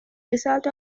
result